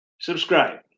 subscribe